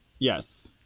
Yes